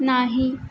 नाही